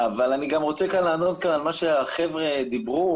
אבל אני גם רוצה לענות על מה שהחבר'ה דיברו,